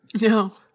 No